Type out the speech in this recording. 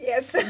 Yes